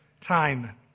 time